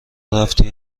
رفتی